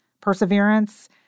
perseverance